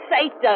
Satan